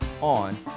on